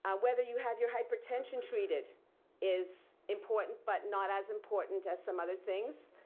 ah whether you have your hypertension treated is important, but not as important as some other things.